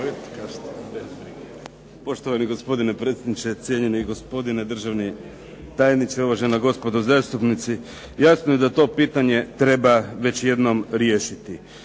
Poštovani gospodine predsjedniče, cijenjeni gospodine državni tajniče, uvažena gospodo zastupnici. Jasno je da to pitanje treba već jednom riješiti.